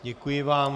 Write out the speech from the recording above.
Děkuji vám.